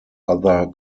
other